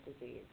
disease